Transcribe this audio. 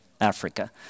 africa